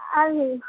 अभी